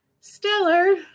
stellar